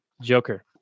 Joker